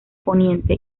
poniente